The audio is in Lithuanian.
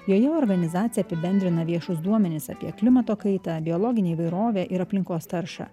joje organizacija apibendrina viešus duomenis apie klimato kaitą biologinę įvairovę ir aplinkos taršą